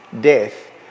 death